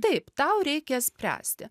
taip tau reikia spręsti